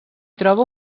troba